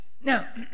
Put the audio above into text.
Now